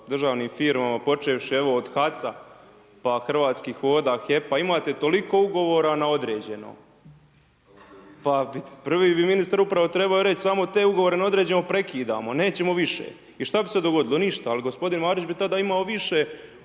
državnim firmama počevši evo od HAC-a pa Hrvatskih voda, HEP-a, imate toliko ugovora na određeno pa prvi bi ministar uprave trebao reći samo te ugovore na određeno prekidamo, nećemo više. I šta bi se dogodilo, ništa, ali gospodin Marić bi tada imao više